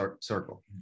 circle